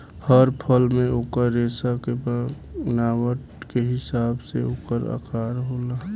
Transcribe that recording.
हर फल मे ओकर रेसा के बनावट के हिसाब से ओकर आकर होला